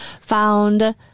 found